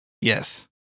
Yes